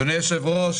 אדוני היושב-ראש,